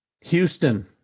Houston